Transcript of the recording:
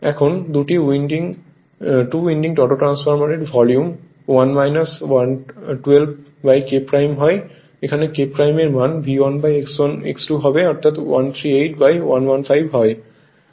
এখন 2 winding auto transformer এর volume 1 1 2K হয় এবং এখানে K এর মান V1 X2 হবে অর্থাৎ 138 115 হয়